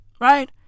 right